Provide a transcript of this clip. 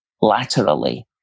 laterally